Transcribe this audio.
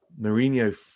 Mourinho